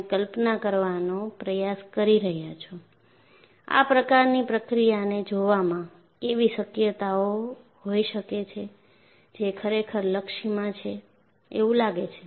તમે કલ્પના કરવાનો પ્રયાસ કરી રહ્યાં છો આ પ્રકારની પ્રક્રિયાને જોવામાં કેવી શક્યતા હોઈ શકે છે જે ખરેખર લક્ષ્યમાં છે એવું લાગે છે